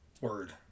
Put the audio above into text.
word